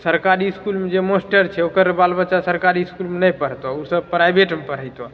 सरकारी इसकुलमे जे मास्टर छै ओकर बाल बच्चा सरकारी इसकुलमे नहि पढ़तहुँ ओसब प्राइभेटमे पढ़ेतहुँ